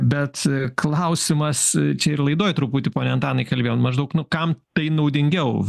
bet klausimas čia ir laidoj truputį pone antanai kalbėjom maždaug nu kam tai naudingiau